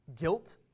guilt